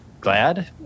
glad